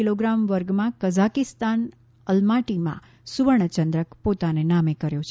kilogram વર્ગમાં Kazakhstan અલ્માટીમાં સુવર્ણચંદ્રક પોતાને નામે કર્યો છે